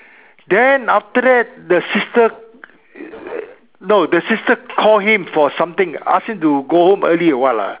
then after that the sister no the sister call him for something ask him to go home early or [what] lah